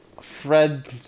Fred